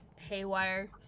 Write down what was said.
haywire